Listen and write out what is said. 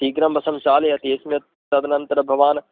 शीघ्रं बसं चालयति यस्मात् तदनन्तरं भवान्